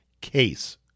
case